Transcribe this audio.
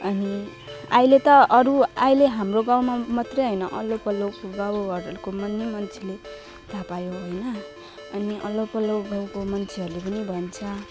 अनि अहिले त अरू अहिले हाम्रो गाउँमा मात्र होइन वल्लो पल्लोको गाउँहरूको मा नि मान्छेले थाहा पायो होइन अनि वल्लो पल्लो गाउँको मान्छेहरूले पनि भन्छ